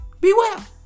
Beware